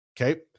Okay